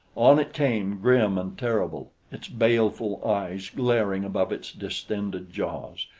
on it came, grim and terrible, its baleful eyes glaring above its distended jaws,